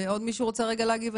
עוד מישהו רוצה להגיב?